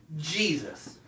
Jesus